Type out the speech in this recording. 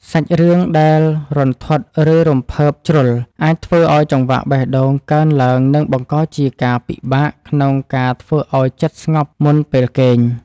សាច់រឿងដែលរន្ធត់ឬរំភើបជ្រុលអាចធ្វើឱ្យចង្វាក់បេះដូងកើនឡើងនិងបង្កជាការពិបាកក្នុង ការធ្វើឱ្យចិត្តស្ងប់មុនពេលគេង។